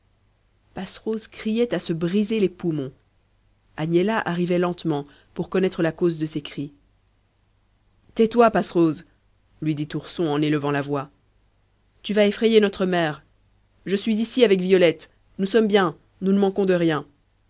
passerose criait à se briser les poumons agnella arrivait lentement pour connaître la cause de ces cris tais-toi passerose lui dit ourson en élevant la voix tu vas effrayer notre mère je suis ici avec violette nous sommes bien nous ne manquons de rien